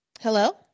Hello